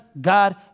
God